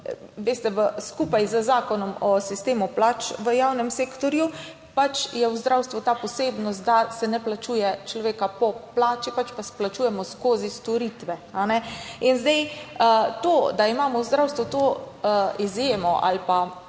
veste, skupaj z Zakonom o sistemu plač v javnem sektorju, pač je v zdravstvu ta posebnost, da se ne plačuje človeka po plači, pač pa plačujemo skozi storitve. In zdaj to, da imamo v zdravstvu to izjemo ali pa,